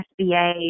SBA